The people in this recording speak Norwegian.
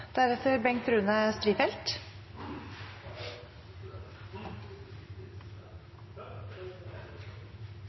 Representanten Bengt Rune